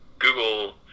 Google